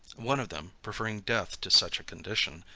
one of them, preferring death to such a condition,